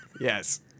Yes